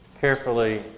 carefully